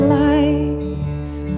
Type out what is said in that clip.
life